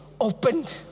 opened